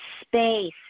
space